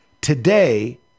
today